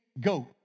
goat